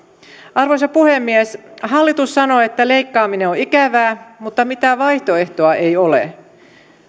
arvoisa puhemies hallitus sanoo että leikkaaminen on ikävää mutta mitään vaihtoehtoa ei ole